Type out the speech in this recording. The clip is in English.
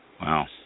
Wow